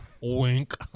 Wink